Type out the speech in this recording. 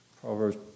Proverbs